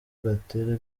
gatera